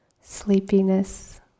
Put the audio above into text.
Sleepiness